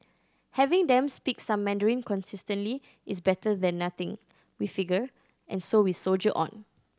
having them speak some Mandarin consistently is better than nothing we figure and so we soldier on